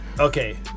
Okay